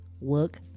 work